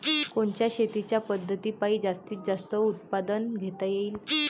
कोनच्या शेतीच्या पद्धतीपायी जास्तीत जास्त उत्पादन घेता येईल?